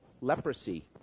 leprosy